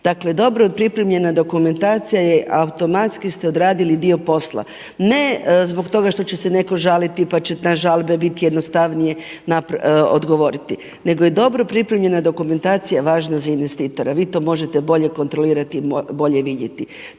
Dakle dobro pripremljena dokumentacija je automatski ste odradili dio posla. Ne zbog toga što će se netko žaliti pa će na žalbe biti jednostavnije odgovoriti nego je dobro pripremljena dokumentacija važna za investitora, vi to možete bolje kontrolirati i bolje vidjeti.